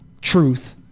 truth